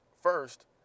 first